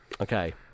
Okay